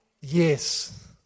yes